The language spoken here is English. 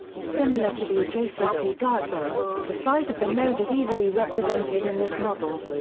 similar to the adjacency diagram, the size of the node is easily represented in this model.